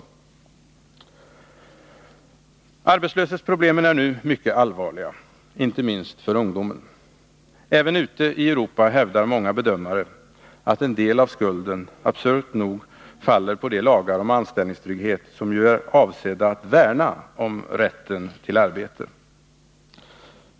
Arbetslöshetsproblemen är nu mycket allvarliga — inte minst för ungdomen. Även ute i Europa hävdar många bedömare att en del av skulden absurt nog faller på de lagar om anställningstrygghet som ju är avsedda att värna om rätten till arbete.